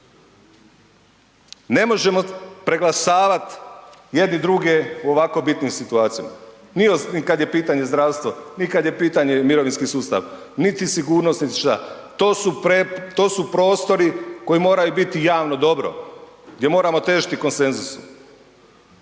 Ne možemo preglasavati jedni druge u ovako bitnim situacijama. .../Govornik se ne razumije./... kad je pitanje zdravstvo, nikad je pitanje mirovinski sustav, niti sigurnost niti šta. To su prostori koji moraju biti javno dobro, gdje moramo težiti konsenzusu.